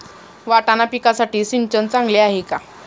वाटाणा पिकासाठी सिंचन चांगले आहे का?